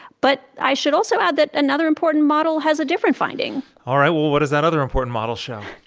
but i should also add that another important model has a different finding all right. well, what does that other important model show?